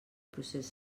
procés